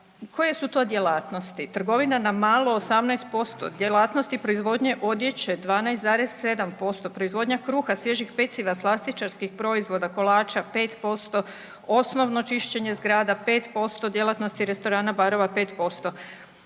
Koje su to djelatnosti? Trgovina na malo 18%, djelatnosti proizvodnje odjeće 12,7%, proizvodnja kruha, svježih peciva, slastičarskih proizvoda, kolača 5%, osnovno čišćenje zgrada 5%, djelatnosti restorana, barova 5%.